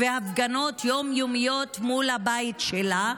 הפגנות יום-יומיות מול הבית שלה.